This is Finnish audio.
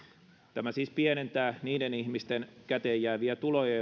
tämä siis pienentää varsinkin niiden ihmisten käteenjääviä tuloja